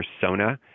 persona